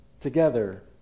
together